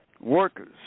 workers